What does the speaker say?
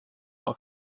auf